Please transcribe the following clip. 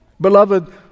Beloved